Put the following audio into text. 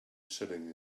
sitting